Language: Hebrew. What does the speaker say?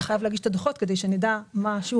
אתה חייב להגיש את הדוחות כדי שנדע מה שיעור